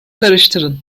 karıştırın